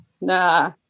Nah